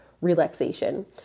relaxation